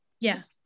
Yes